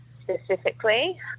specifically